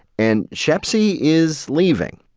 and shepsie is leaving.